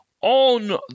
On